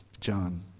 John